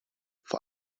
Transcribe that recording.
vor